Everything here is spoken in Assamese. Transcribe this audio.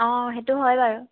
অঁ সেইটো হয় বাৰু